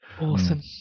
Awesome